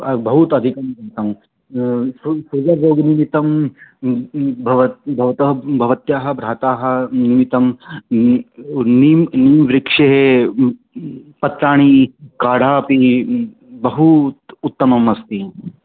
बहुत् अधिकं sugar sugar रोगनिमित्तं भवतः भवत्याः भ्राता निमित्तं निम्बवृक्षेः पत्राणि काढा अपि बहु उत्तमम् अस्ति